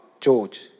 George